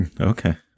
Okay